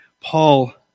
Paul